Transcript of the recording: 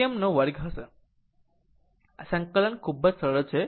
આ સંકલન ખૂબ જ સરળ છે